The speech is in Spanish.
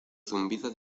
zumbido